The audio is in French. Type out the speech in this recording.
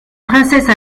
princesse